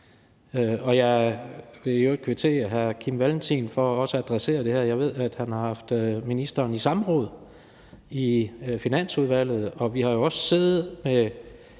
Jeg vil i øvrigt kvittere hr. Kim Valentin for også at adressere det her, og jeg ved, at han har haft ministeren i samråd i Finansudvalget, og vi har jo også siddet med